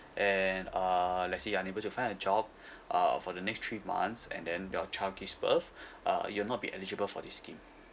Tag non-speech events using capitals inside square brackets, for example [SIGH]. and uh let's say you're unable to find a job [BREATH] uh for the next three months and then your child gives birth [BREATH] uh you'll not be eligible for this scheme